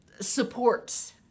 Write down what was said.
supports